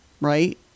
right